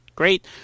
great